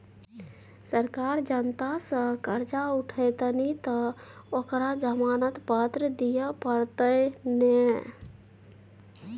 सरकार जनता सँ करजा उठेतनि तँ ओकरा जमानत पत्र दिअ पड़तै ने